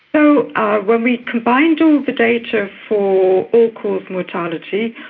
so ah when we combined all the data for all-cause mortality,